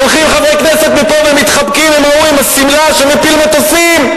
הולכים חברי כנסת מפה ומתחבקים עם ההוא עם השמלה שמפיל מטוסים,